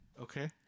Okay